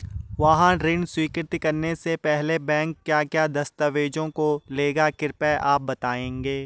वाहन ऋण स्वीकृति करने से पहले बैंक क्या क्या दस्तावेज़ों को लेगा कृपया आप बताएँगे?